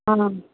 ആണോ